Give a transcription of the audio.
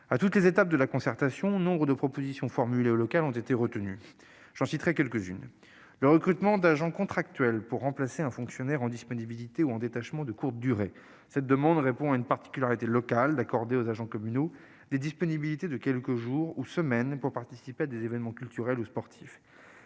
Tout au long de la concertation, nombre de propositions formulées au niveau local ont été retenues. J'en citerai quelques-unes : le recrutement d'agents contractuels pour remplacer un fonctionnaire en disponibilité ou en détachement de courte durée- cette demande répond à une particularité locale permettant d'accorder aux agents communaux des disponibilités de quelques jours ou semaines pour participer à des événements culturels ou sportifs